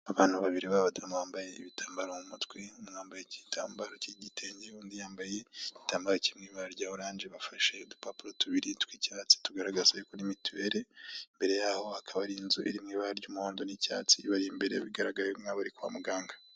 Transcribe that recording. Abantu babiri b'abadamu bambaye ibitambaro mu mutwe, umwe wambaye igitambaro cy'igitenge undi yambaye igitambaro kiri mu ibara rya orange, bafashe udupapuro tubiri tw'icyatsi tugaragaza y'uko ari mituweli, imbere y'aho hakaba hari inzu iri mu ibara ry'umuhondo n'icyatsi, ibari imbere bigaragare nk'aho bari kwa muganga.